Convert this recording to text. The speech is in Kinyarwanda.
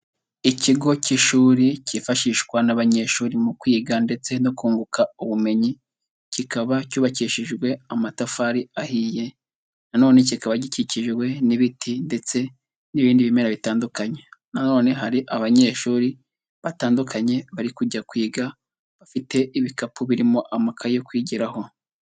Ikigo cy'ishuri cyifashishwa n'abanyeshuri mu kwiga ndetse no kunguka ubumenyi, kikaba cyubakishijwe amatafari ahiye, na none kikaba gikikijwe n'ibiti ndetse n'ibindi bimera bitandukanye, na none hari abanyeshuri batandukanye, bari kujya kwiga, bafite ibikapu birimo amakayi yo kwigiraho.